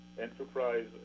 enterprise